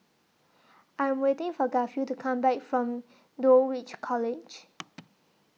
I Am waiting For Garfield to Come Back from Dulwich College